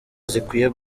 zikwiye